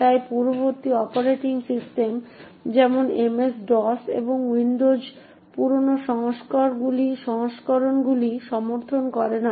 তাই পূর্ববর্তী operating system যেমন MS DOS এবং উইন্ডোজের পুরানো সংস্করণগুলি সমর্থন করে না